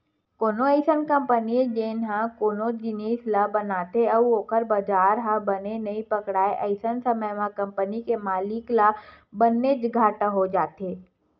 कोनो अइसन कंपनी जेन ह कोनो जिनिस ल बनाथे अउ ओखर बजार ह बने नइ पकड़य अइसन समे म कंपनी के मालिक ल बनेच घाटा हो जाथे